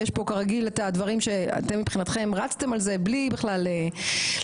ויש את הדברים שאתם מבחינתכם רצתם על זה מבלי בכלל להתייחס,